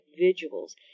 individuals